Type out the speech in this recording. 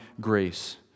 grace